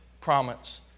promise